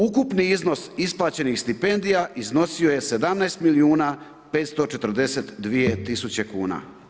Ukupni iznos isplaćenih stipendija iznosio je 17 milijuna, 542 tisuće kuna.